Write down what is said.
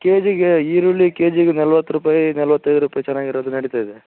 ಕೆಜಿಗೆ ಈರುಳ್ಳಿ ಕೆಜಿಗೆ ನಲವತ್ತು ರೂಪಾಯಿ ನಲವತ್ತೈದು ರೂಪಾಯಿ ಚೆನ್ನಾಗಿರೋದು ನಡೀತಾ ಇದೆ